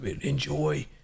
enjoy